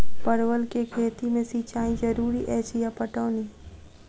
परवल केँ खेती मे सिंचाई जरूरी अछि या पटौनी?